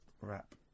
wrap